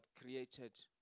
created